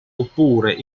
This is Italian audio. oppure